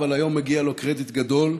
אבל היום מגיע לו קרדיט גדול.